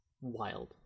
wild